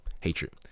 hatred